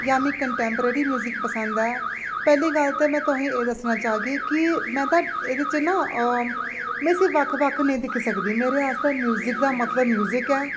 जां मिगी contemporary music पसंद ऐ पैह्ली गल्ल में तुसें गी एह् दस्सना चाह्गी कि में तां इदे च ना अ में इसी बक्ख बक्ख नेईं दिक्खी सकदी मेरे आस्तै म्जूजिक दा मतलब म्यूजिक ऐ